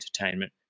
entertainment